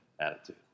attitude